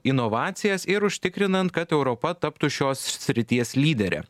inovacijas ir užtikrinant kad europa taptų šios srities lyderė